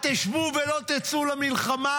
התשבו ולא תצאו למלחמה?